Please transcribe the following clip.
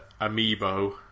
Amiibo